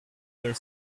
their